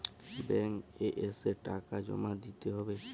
Bank এ এসে টাকা জমা দিতে হবে?